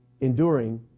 enduring